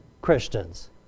Christians